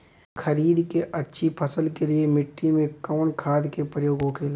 खरीद के अच्छी फसल के लिए मिट्टी में कवन खाद के प्रयोग होखेला?